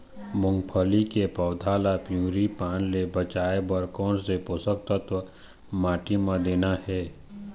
मुंगफली के पौधा ला पिवरी पान ले बचाए बर कोन से पोषक तत्व माटी म देना हे?